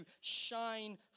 shine